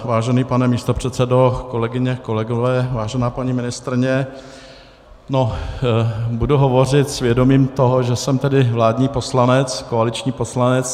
Vážený pane místopředsedo, kolegyně, kolegové, vážená paní ministryně, budu hovořit s vědomím toho, že jsem tedy vládní poslanec, koaliční poslanec.